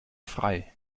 frei